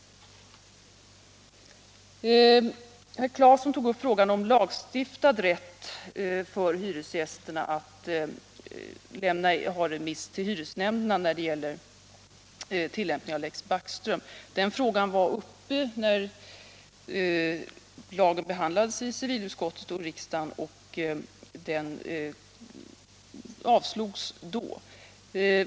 Herr Claeson tog upp frågan om lagstiftad rätt för hyresgästerna att lämna ärenden på remiss till hyresnämnderna när det gäller tillämpningen av Lex Backström. Den frågan var uppe när lagen behandlades i civilutskottet och riksdagen, och förslaget avslogs då.